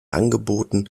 angeboten